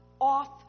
off